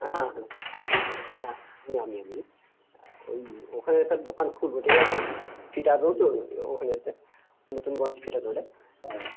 হ্যাঁ হ্যাঁ হ্যাঁ আমি আমি আমি ঐ ওখানে একটা দোকান খুলবো ঠিক আছে ফিডার রোড ওখানেতে নতুনগঞ্জ ফিডার রোডে হ্যাঁ